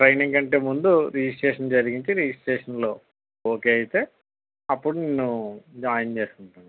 training కంటే ముందు registration జరిగింటే రిజిస్ట్రేషన్ లో ఓకే అయితే అప్పుడు నిన్ను జాయిన్ చేసుకుంటాను